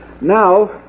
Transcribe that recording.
Now